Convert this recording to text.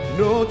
no